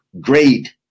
great